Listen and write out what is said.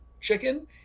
chicken